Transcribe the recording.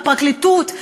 הפרקליטות,